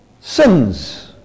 sins